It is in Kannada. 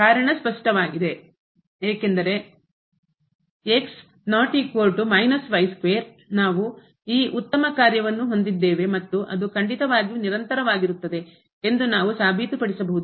ಕಾರಣ ಸ್ಪಷ್ಟವಾಗಿದೆ ಏಕೆಂದರೆ ನಾವು ಈ ಉತ್ತಮ ಕಾರ್ಯವನ್ನು ಹೊಂದಿದ್ದೇವೆ ಮತ್ತು ಅದು ಖಂಡಿತವಾಗಿಯೂ ನಿರಂತರವಾಗಿರುತ್ತದೆ ಎಂದು ನಾವು ಸಾಬೀತುಪಡಿಸಬಹುದು